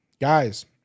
Guys